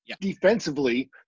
defensively